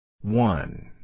One